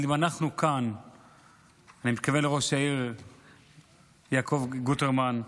אני מתכוון לראש העיר יעקב גוטרמן,